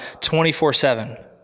24-7